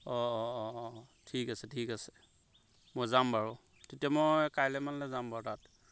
অঁ অঁ অঁ অঁ ঠিক আছে ঠিক আছে মই যাম বাৰু তেতিয়া মই কাইলৈ মানলৈ যাম বাৰু তাত